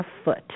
afoot